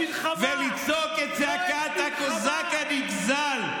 ולצעוק את זעקת הקוזק הנגזל,